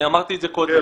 אמרתי את זה קודם.